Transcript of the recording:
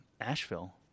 Asheville